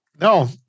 No